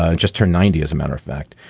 ah just turned ninety, as a matter of fact.